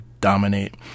dominate